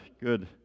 good